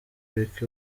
rick